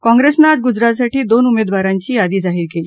काँप्रिसनं आज गुजरातसाठी दोन उमेदवारांची यादी जाहीर केली